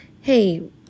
hey